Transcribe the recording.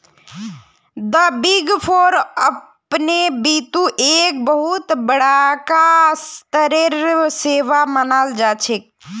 द big four अपने बितु एक बहुत बडका स्तरेर सेवा मानाल जा छेक